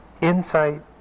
Insight